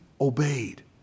obeyed